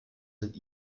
sind